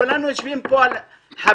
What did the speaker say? כולנו יושבים פה על חבית,